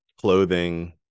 clothing